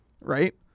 Right